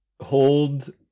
hold